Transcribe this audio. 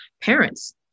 parents